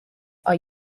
are